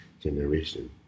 generation